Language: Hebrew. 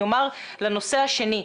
אני אומר לנושא השני.